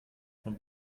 von